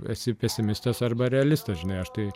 esi pesimistas arba realistas žinai aš tai